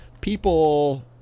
people